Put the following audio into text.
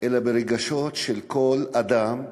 אלא ברגשות של כל אדם שמאמין,